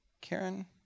Karen